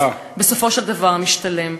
בסופו של דבר משתלם.